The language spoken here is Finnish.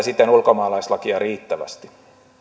siten ulkomaalaislakia riittävästi